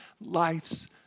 Life's